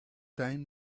time